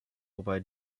wobei